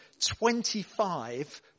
25